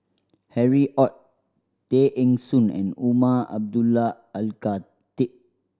Harry Ord Tay Eng Soon and Umar Abdullah Al Khatib